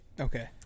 Okay